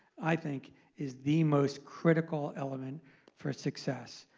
i think is the most critical element for success.